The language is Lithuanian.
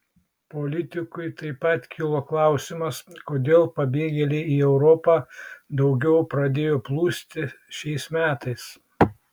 politikui taip pat kilo klausimas kodėl pabėgėliai į europą daugiau pradėjo plūsti šiais metais